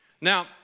Now